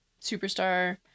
Superstar